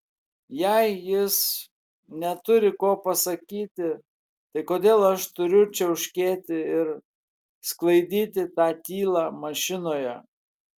jei jis neturi ko pasakyti tai kodėl aš turiu čiauškėti ir sklaidyti tą tylą mašinoje